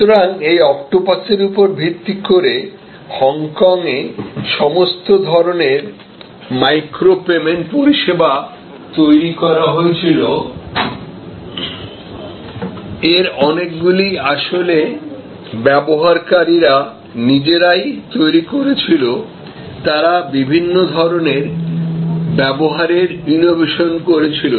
সুতরাং এই অক্টোপাসের উপর ভিত্তি করে হংকংয়ে সমস্ত ধরণের মাইক্রো পেমেন্ট পরিষেবা তৈরি করা হয়েছিল এর অনেকগুলি আসলে ব্যবহারকারীরা নিজেরাই তৈরি করেছিল তারা বিভিন্ন ধরণের ব্যবহারের ইনোভেশন করেছিল